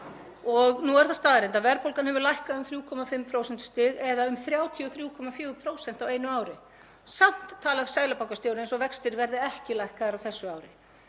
Nú er það staðreynd að verðbólgan hefur lækkað um 3,5 prósentustig eða um 33,4% á einu ári. Samt talar seðlabankastjóri eins og vextir verða ekki lækkaðir á þessu ári.